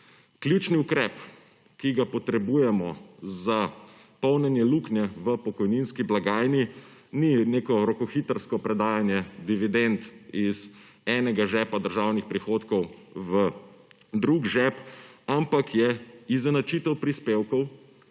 Ključni ukrep, ki ga potrebujemo za polnjenje luknje v pokojninski blagajni, ni neko rokohitrsko predajanje dividend iz enega žepa državnih prihodkov v drug žep, ampak je izenačitev prispevkov,